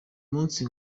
munsi